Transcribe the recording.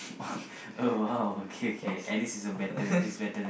yes